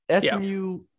SMU